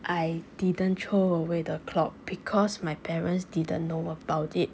I didn't throw away the clock because my parents didn't know about it